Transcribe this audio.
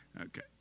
Okay